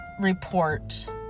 report